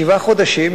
שבעה חודשים,